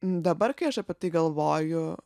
dabar kai aš apie tai galvoju